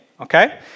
Okay